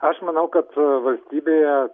aš manau kad valstybėje